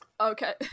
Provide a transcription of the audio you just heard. Okay